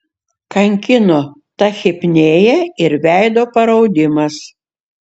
kankino tachipnėja ir veido paraudimas